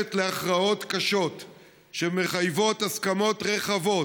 שהולכת להכרעות קשות שמחייבות הסכמות רחבות,